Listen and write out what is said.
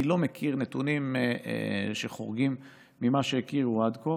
אני לא מכיר נתונים שחורגים ממה שהכירו עד כה.